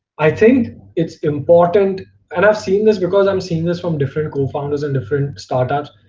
i think it's important enough seen this because i'm seeing this from different co-founders in different startups.